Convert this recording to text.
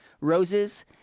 Roses